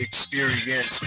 experience